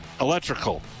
electrical